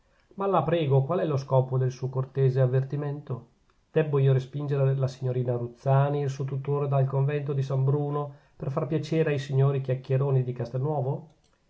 ma la prego qual è lo scopo del suo cortese avvertimento debbo io respingere la signorina ruzzani e il suo tutore dal convento di san bruno per far piacere ai signori chiacchieroni di castelnuovo